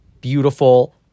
beautiful